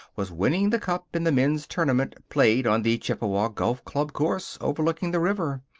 was winning the cup in the men's tournament played on the chippewa golf-club course, overlooking the river.